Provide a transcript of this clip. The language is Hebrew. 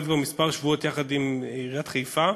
כבר כמה שבועות יחד עם עיריית חיפה,